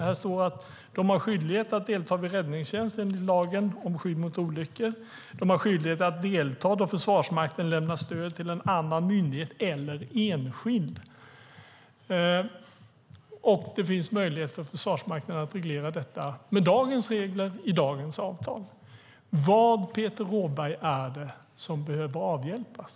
Här står att de har skyldighet att delta vid Räddningstjänsten enligt lagen om skydd mot olyckor. De har skyldighet att delta då Försvarsmakten lämnar stöd till en annan myndighet eller enskild. Och det finns möjlighet för Försvarsmakten att reglera detta med dagens regler i dagens avtal. Vad, Peter Rådberg, är det som behöver avhjälpas?